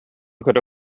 көрө